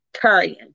carrying